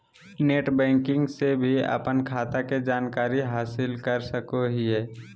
net banking से भी अपन खाता के जानकारी हासिल कर सकोहिये